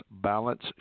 balance